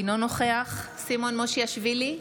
אינו נוכח סימון מושיאשוילי,